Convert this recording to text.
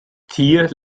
tier